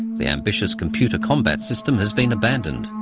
the ambitious computer combat system has been abandoned.